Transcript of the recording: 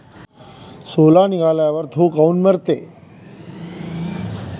सोला निघाल्यावर थो काऊन मरते?